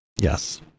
Yes